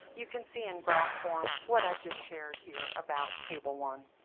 you can see in graph form what i've just shared here about table one.